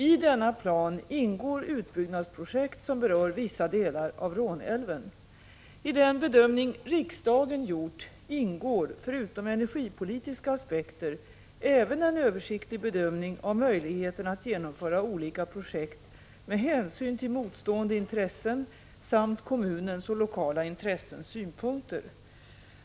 I denna plan ingår utbyggnadsprojekt som berör vissa delar av Råneälven. I den bedömning riksdagen gjort ingår, förutom energipolitiska aspekter, även en översiktlig bedömning av möjligheterna att genomföra olika projekt med hänsyn till motstående intressen samt kommunens och lokala intressens synpunkter.